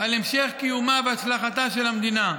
על המשך קיומה והצלחתה של המדינה.